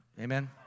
Amen